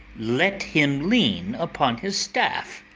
let him lean upon his staff